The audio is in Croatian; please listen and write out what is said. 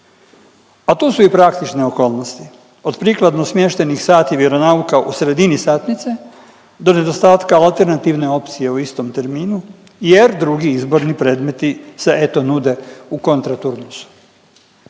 A tu su i praktične okolnosti, od prikladno smještenih sati vjeronauka u sredini satnice, do nedostatka alternativne opcije u istom terminu jer drugi izborni predmeti se eto, nude u kontra turnusu.